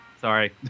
Sorry